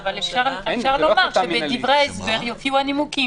אבל אפשר לומר שבדברי ההסבר יופיעו הנימוקים.